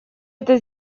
это